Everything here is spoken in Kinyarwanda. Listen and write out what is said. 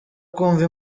kumva